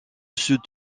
sud